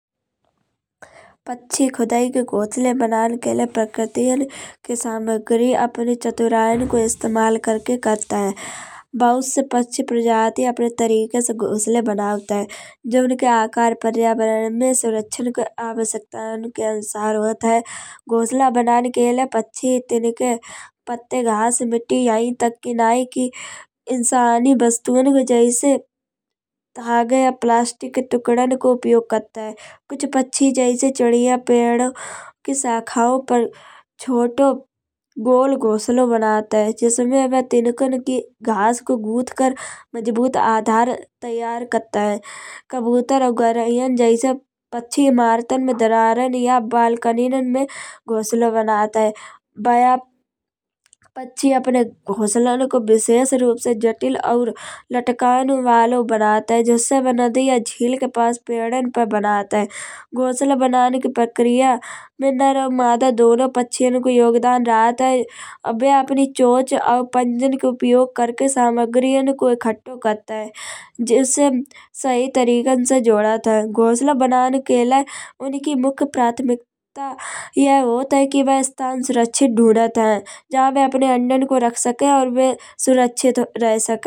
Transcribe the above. पक्षी खुदाई के घोंसले बनाएँ के लाई प्रकृतियों के सामग्री अपनी चतुराईन को इस्तेमाल करके करत है। बहुत से पक्षी प्रजाति अपने तरीके से घोंसले बनावत है। जो उनके आकार पर्यावरण में सुरखान में आवश्यकतौन के अनुसार होत है। घोंसला बनान के लाई पक्षी तिनके पत्ते घास मिट्टी यही तक कि नाई की इंसानी वस्तुएँ में जैसे धागे या प्लास्टिक टुकड़न को उपयोग करत है। कुछ पक्षी जैसे चिड़िया पेड़ की शाखाओ पर छोटो गोल घोंसलों बनावत है। जिसमें बे तिनकन की घास को घूथ कर मजबूत आधार तैयार करत है। कबूतर और गौरैया जैसे पक्षी इमारतें में दरारन या बालकियाँ में घोंसलों बनात है। बा पक्षी अपने घोंसलों को विशेषरूप से जटिल और लकताएँ वालो बनात है। जिससे वह नदी या झील के पास पेड़ान पे बनात है। घोंसले बनान की प्रक्रिया में नर और मादा दो पक्षियाँ को योगदान रहत है। और बे अपनी चोंच और पंजान को उपयोग करके सामग्री को इकट्ठो करत है। जिससे सही तरीके से जोडत है। घोंसला बनान के लाई उनकी मुख्य प्राथमिकता यह होत है कि वह स्थान सुरक्षित ढूंढत है। जामें अपने अंडन को रख सके और बे सुरक्षित रह सके।